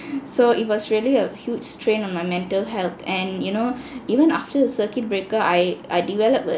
so it was really a huge strain on my mental health and you know even after the circuit breaker I I developed a